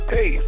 Hey